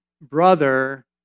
brother